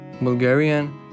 Bulgarian